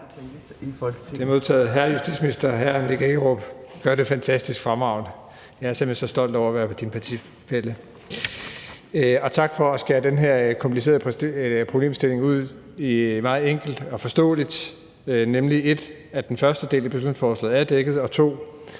Det er modtaget. Hr. Justitsminister, hr. Nick Hækkerup gør det fantastisk fremragende. Jeg er simpelt hen så stolt over at være din partifælle. Tak for at skære den her komplicerede problemstilling ud meget enkelt og forståeligt, nemlig punkt 1, at den første del af beslutningsforslaget er dækket ind,